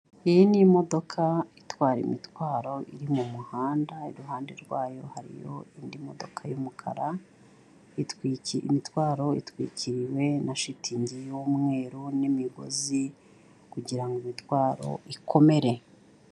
Iyi ni imodoka itwara imitwaro iri mu muhanda, iruhande rwayo hariho indi modoka y'umukara, imitwaro itwikiriwe na shitingi y'umweru n'imigozi kugira ngo imitwaro ikomere.